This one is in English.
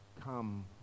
come